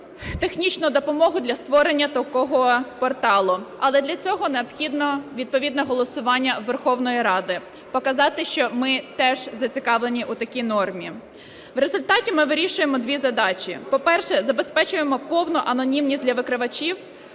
технічну допомогу для створення такого порталу, але для цього необхідно відповідне голосування Верховної Ради, показати, що ми теж зацікавлені у такій нормі. В результаті ми вирішуємо дві задачі: по-перше, забезпечуємо повну анонімність для викривачів,